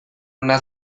una